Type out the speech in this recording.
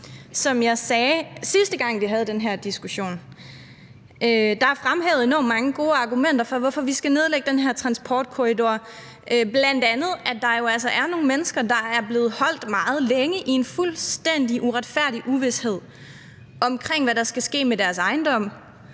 Der er fremhævet enormt mange gode argumenter for, hvorfor vi skal nedlægge den her transportkorridor. Bl.a. at der jo altså er nogle mennesker, der er blevet holdt meget længe i en fuldstændig uretfærdig uvished om, hvad der skal ske med deres ejendom.